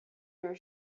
your